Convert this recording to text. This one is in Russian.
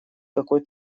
какой